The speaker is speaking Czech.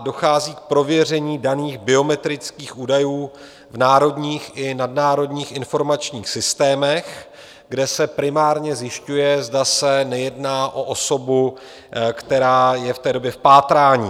Dochází k prověření daných biometrických údajů v národních i nadnárodních informačních systémech, kde se primárně zjišťuje, zda se nejedná o osobu, která je v té době v pátrání.